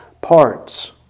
parts